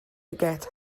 forget